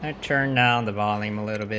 ah turn down the volume ah